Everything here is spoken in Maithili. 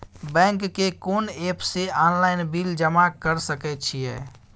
बैंक के कोन एप से ऑनलाइन बिल जमा कर सके छिए?